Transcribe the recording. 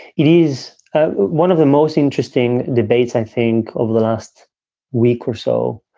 it is one of the most interesting debates, i think, over the last week or so.